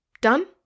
done